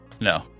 No